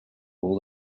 all